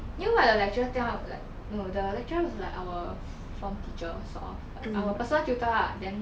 you know what the lecturer tell like no the lecturer was like our form teacher sort of like our personal tutor ah then